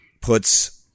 puts –